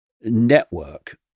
network